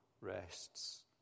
rests